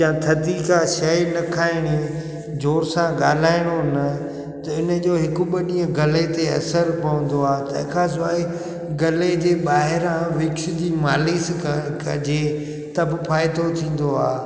या थधी का शइ न खाइणी ज़ोर सां ॻाल्हाइणो न त हिन जो हिकु ॿ ॾींहुं गले ते असरु पवंदो आहे तंहिंखां सवाइ गले जे ॿाहिरां विक्स जी मालिश क कजे त फ़ाइदो थींदो आहे